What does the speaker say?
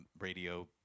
radio